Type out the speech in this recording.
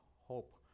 hope